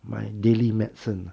my daily medicine ah